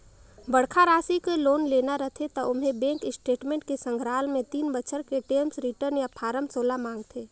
बड़खा रासि के लोन लेना रथे त ओम्हें बेंक स्टेटमेंट के संघराल मे तीन बछर के टेम्स रिर्टन य फारम सोला मांगथे